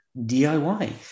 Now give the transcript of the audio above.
diy